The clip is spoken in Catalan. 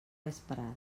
vesprada